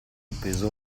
appeso